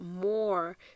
more